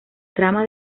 trama